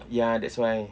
ya that's why